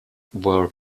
were